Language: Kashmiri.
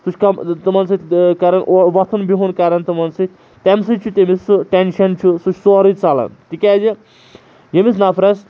سُہ چھُ کم تِمَن سۭتۍ کَران او وۄتھُن بِہُن کَران تِمَن سۭتۍ تَمہِ سۭتۍ چھُ تٔمِس سُہ ٹٮ۪نشَن چھُ سُہ چھُ سورُے ژَلَان تِکیازِ ییٚمِس نَفرَس